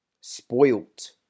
Spoilt